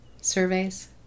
surveys